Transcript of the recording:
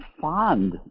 fond